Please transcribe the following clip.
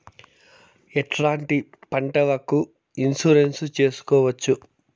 ఎట్లాంటి పంటలకు ఇన్సూరెన్సు చేసుకోవచ్చు?